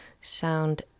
sound